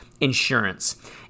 insurance